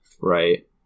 Right